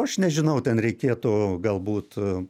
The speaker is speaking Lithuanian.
aš nežinau ten reikėtų galbūt